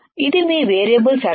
ఇది మీ వేరియబుల్ సరఫరా